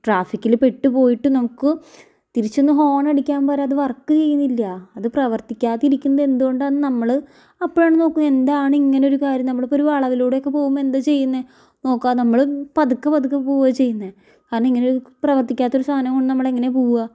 ട്രാഫിക്കിൽ പെട്ട് പോയിട്ട് നമുക്ക് തിരിച്ചൊന്ന് ഹോണടിക്കാൻ പോലും അത് വർക്ക് ചെയ്യുന്നില്ല അത് പ്രവർത്തിക്കാതിരിക്കുന്നത് എന്തുകൊണ്ടാന്ന് നമ്മൾ അപ്പോഴാണ് നോക്കും എന്താണ് ഇങ്ങനൊരു കാര്യം നമ്മളിപ്പൊരു വളവിലൂടെക്കെ പോകുമ്പോൾ എന്താ ചെയ്യുന്നത് നോക്കാം നമ്മൾ പതുക്കെ പതുക്കെ പോവാ ചെയ്യുന്നത് കാരണം ഇങ്ങനെ പ്രവത്തിക്കാത്തൊരു സാധനം കൊണ്ട് നമ്മളെങ്ങനെയാണ് പോവുക